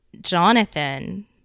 Jonathan